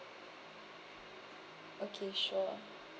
okay sure